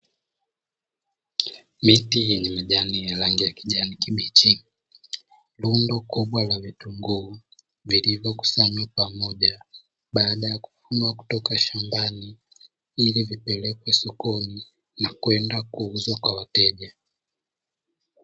Miti yenye majani ya rangi ya kijani kibichi, lundo kubwa la vitunguu, vilivyokusanywa pamoja, baada ya kuvunwa kutoka shambani ili vipelekwe sokoni na kwenda kuuzwa kwa wateja.